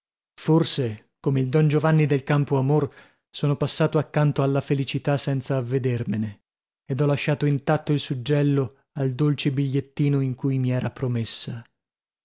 forse come il don giovanni del campoamor sono passato accanto alla felicità senza avvedermene ed ho lasciato intatto il suggello al dolce bigliettino in cui mi era promessa